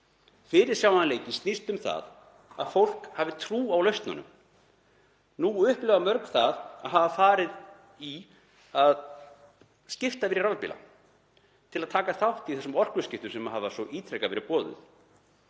Fyrirsjáanleiki snýst um að fólk hafi trú á lausnunum. Nú upplifa mörg að hafa skipt yfir í rafbíla til að taka þátt í þessum orkuskiptum sem hafa svo ítrekað verið boðuð